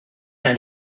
and